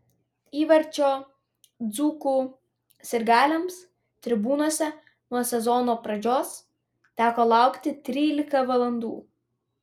įvarčio dzūkų sirgaliams tribūnose nuo sezono pradžios teko laukti trylika valandų